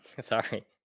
Sorry